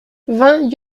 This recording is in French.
vingt